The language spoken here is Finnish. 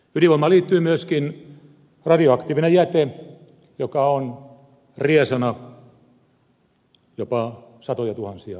ydinvoimaan liittyy myöskin radioaktiivinen jäte joka on riesana jopa satojatuhansia vuosia